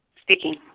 speaking